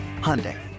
Hyundai